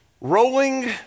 rolling